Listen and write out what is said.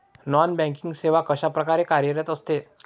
Non banking सेवा कशाप्रकारे कार्यरत असते?